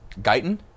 Guyton